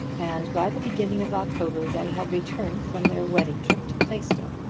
and by the beginning of october they had returned from their wedding trip to plaistow.